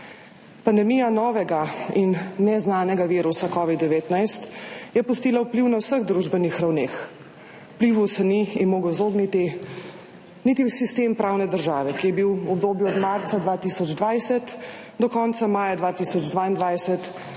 Pandemija novega in neznanega virusa covid-19 je pustila vpliv na vseh družbenih ravneh. Vplivu se ni mogel izogniti niti sistem pravne države, ki je bil v obdobju od marca 2020 do konca maja 2022 na